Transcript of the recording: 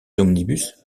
omnibus